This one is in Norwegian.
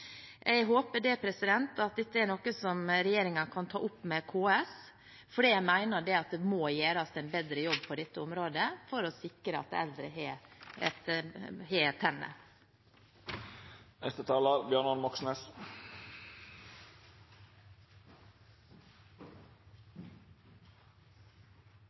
Jeg håper at dette er noe regjeringen kan ta opp med KS, for jeg mener det må gjøres en bedre jobb på dette området, for å sikre at eldre har